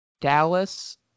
Dallas